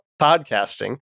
podcasting